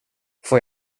får